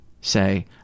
say